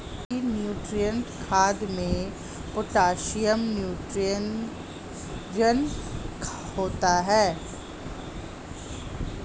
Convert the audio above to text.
multinutrient खाद में potassium nitrogen होता है